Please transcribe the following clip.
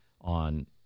on